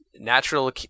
Natural